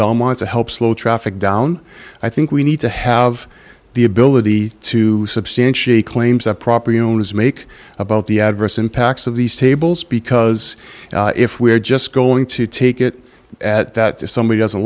belmont to help slow traffic down i think we need to have the ability to substantiate claims that property owners make about the adverse impacts of these tables because if we are just going to take it at that if somebody doesn't